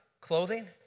clothing